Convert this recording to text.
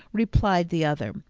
replied the other.